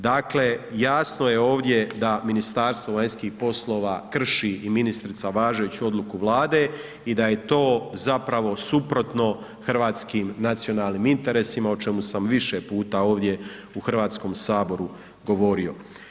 Dakle, jasno je ovdje da Ministarstvo vanjskih poslova krši i ministrica važeću odluku Vlade i da je to zapravo suprotno hrvatskim nacionalnim interesima o čemu sam više puta ovdje u Hrvatskom saboru govorio.